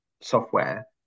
software